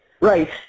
Right